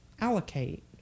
allocate